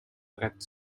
brett